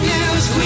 News